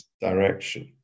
direction